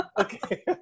Okay